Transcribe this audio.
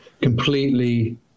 completely